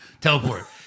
Teleport